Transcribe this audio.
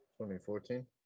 2014